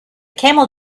camel